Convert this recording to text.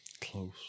Close